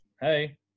Hey